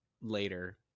later